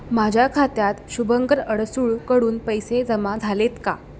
माझ्या खात्यात शुभंकर अडसूळकडून पैसे जमा झाले आहेत का